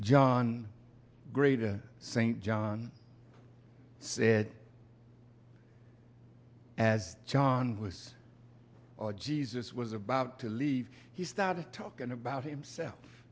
john greater st john said as john was jesus was about to leave he started talking about himself